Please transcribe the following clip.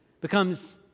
becomes